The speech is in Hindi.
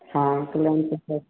हाँ कल्याण चौक